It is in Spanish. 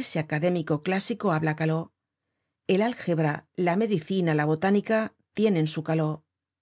ese académico clásico habla caló el álgebra la médicina la botánica tienen su caló